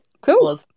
Cool